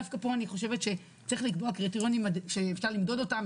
דווקא פה אני חושבת שצריך לקבוע קריטריונים שאפשר למדוד אותם,